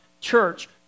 church